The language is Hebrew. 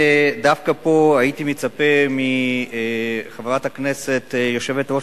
דווקא פה הייתי מצפה מחברת הכנסת יושבת-ראש